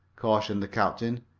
cautioned the captain.